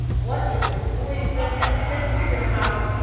what is this gooey thing that sticks to your mouth,